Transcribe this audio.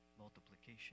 multiplication